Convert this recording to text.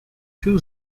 too